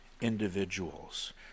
individuals